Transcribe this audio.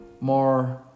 more